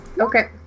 Okay